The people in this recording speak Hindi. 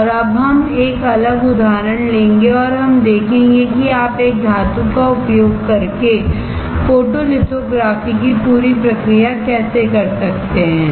और अब हम एक अलग उदाहरण लेंगे और हम देखेंगे कि आप एक धातु का उपयोग करके फोटोलिथोग्राफी की पूरी प्रक्रिया कैसे कर सकते हैं